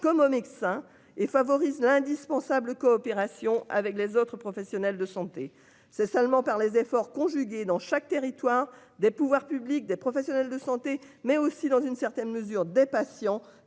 comme aux médecins et favorise l'indispensable coopération avec les autres professionnels de santé. C'est seulement par les efforts conjugués dans chaque territoire des pouvoirs publics, des professionnels de santé mais aussi dans une certaine mesure des patients